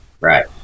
Right